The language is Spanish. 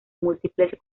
múltiples